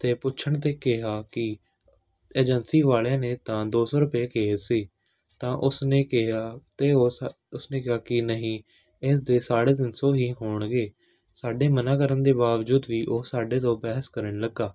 ਅਤੇ ਪੁੱਛਣ 'ਤੇ ਕਿਹਾ ਕਿ ਏਜੰਸੀ ਵਾਲਿਆਂ ਨੇ ਤਾਂ ਦੋ ਸੌ ਰੁਪਏ ਕਹੇ ਸੀ ਤਾਂ ਉਸ ਨੇ ਕਿਹਾ ਅਤੇ ਉਸ ਉਸਨੇ ਕਿਹਾ ਕਿ ਨਹੀਂ ਇਸ ਦੇ ਸਾਢੇ ਤਿੰਨ ਸੌ ਹੀ ਹੋਣਗੇ ਸਾਡੇ ਮਨ੍ਹਾ ਕਰਨ ਦੇ ਬਾਵਜੂਦ ਵੀ ਉਹ ਸਾਡੇ ਤੋਂ ਬਹਿਸ ਕਰਨ ਲੱਗਾ